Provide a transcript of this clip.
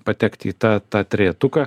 patekti į tą tą trejetuką